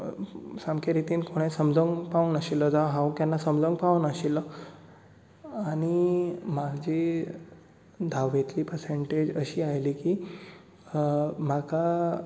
सामके रितीन कोणें समजावंक पावंक नाशिल्लो जावं हांव केन्नां समजावंक पावंक नाशिल्लो आनी म्हाजी धांवेतली परसंटेज अशी आयली की म्हाका